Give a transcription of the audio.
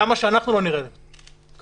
למה שאנחנו לא נראה את הדברים כך?